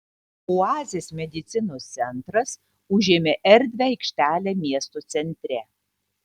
oazės medicinos centras užėmė erdvią aikštelę miesto centre